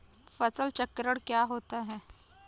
फसल चक्रण क्या होता है?